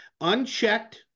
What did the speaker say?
unchecked